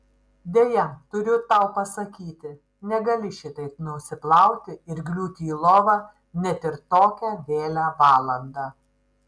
deja turiu tau pasakyti negali šitaip nusiplauti ir griūti į lovą net ir tokią vėlią valandą